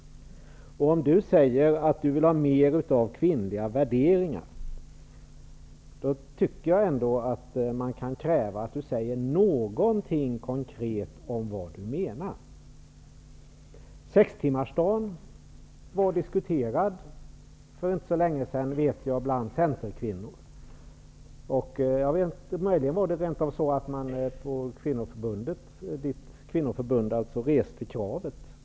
När Per-Ola Eriksson säger att han vill ha mer av kvinnliga värderingar, tycker jag att man kan kräva att han säger någonting konkret om vad han menar. Frågan om sextimmarsdagen diskuterades för inte så länge sedan hos centerkvinnorna. Möjligen var det rent av så, att ert kvinnoförbund långsiktigt reste detta krav.